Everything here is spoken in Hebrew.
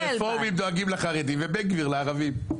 אמרתי, הרפורמים דואגים לחרדים ובן גביר לערבים.